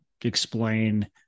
explain